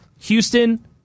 Houston